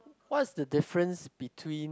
what's the difference between